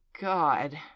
god